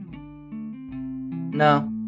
No